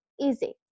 easy